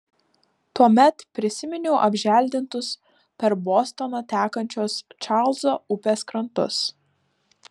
tuomet prisiminiau apželdintus per bostoną tekančios čarlzo upės krantus